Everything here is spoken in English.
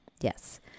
Yes